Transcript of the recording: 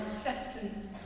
acceptance